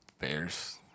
Bears